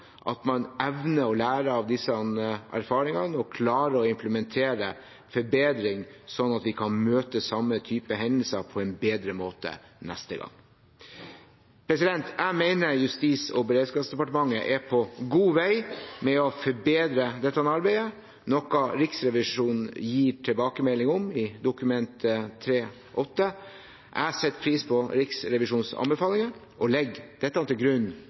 at man evner å lære av disse erfaringene og klarer å implementere forbedring, sånn at vi kan møte samme type hendelser på en bedre måte neste gang. Jeg mener Justis- og beredskapsdepartementet er på god vei i å forbedre dette arbeidet, noe Riksrevisjonen gir tilbakemelding om i Dokument 3:8 for 2016–2017. Jeg setter pris på Riksrevisjonens anbefalinger og legger dette til grunn